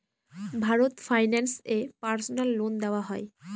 Bharat finance এ personal loan দেওয়া হয়?